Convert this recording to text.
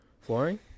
flooring